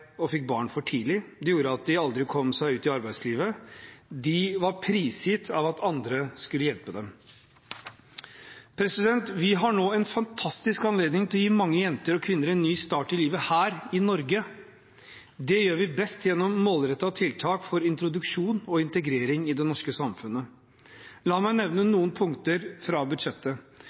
og fikk barn for tidlig. Det gjorde at de aldri kom seg ut i arbeidslivet. De var prisgitt at andre skulle hjelpe dem. Vi har nå en fantastisk anledning til å gi mange jenter og kvinner en ny start i livet her i Norge. Det gjør vi best gjennom målrettede tiltak for introduksjon og integrering i det norske samfunnet. La meg nevne noen punkter fra budsjettet.